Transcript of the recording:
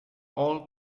all